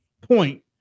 point